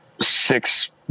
six